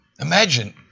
Imagine